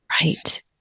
Right